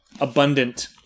abundant